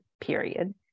period